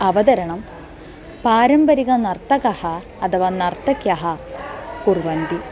अवतरणं पारम्परिकनर्तकः अथवा नर्तक्यः कुर्वन्ति